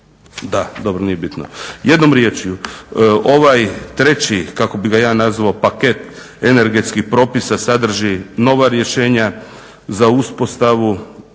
znači dobro nije bitno. Jednom riječju, ovaj treći kako bih ja nazvao paket energetskih propisa sadrži nova rješenja za uspostavu